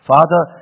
Father